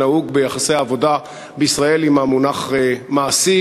שנהוג ביחסי העבודה בישראל במונח "מעסיק".